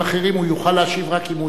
הוא יוכל להשיב רק אם הוא יהיה פה.